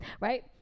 right